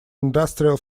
industrial